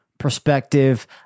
perspective